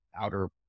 outer